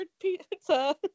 pizza